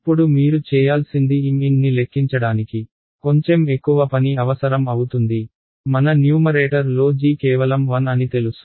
ఇప్పుడు మీరు చేయాల్సింది mn ని లెక్కించడానికి కొంచెం ఎక్కువ పని అవసరం అవుతుంది మన న్యూమరేటర్లో g కేవలం 1 అని తెలుసు